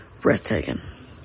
breathtaking